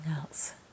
else